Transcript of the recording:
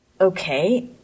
Okay